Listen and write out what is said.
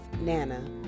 Nana